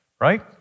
right